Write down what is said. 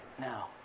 now